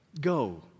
Go